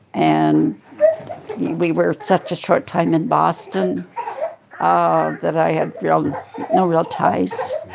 and we were such a short time in boston ah that i had yeah um no real ties.